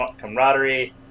camaraderie